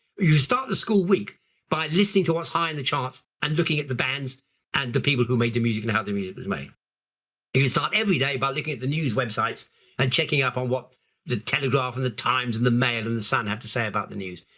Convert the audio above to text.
you start the school week by listening to what's high in the charts and looking at the bands and the people who made the music and how the music was made. you can start every day by looking at the news websites and checking up on what the telegraph and the times and the mail and the sun have to say about the news.